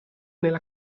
nella